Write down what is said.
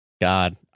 god